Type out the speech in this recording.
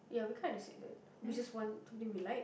yeah we kinda said that we just want something we like